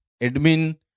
admin